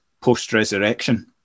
post-resurrection